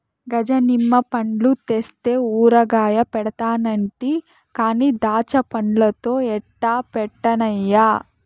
గజ నిమ్మ పండ్లు తెస్తే ఊరగాయ పెడతానంటి కానీ దాచ్చాపండ్లతో ఎట్టా పెట్టన్నయ్యా